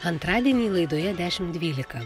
antradienį laidoje dešimt dvylika